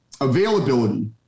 availability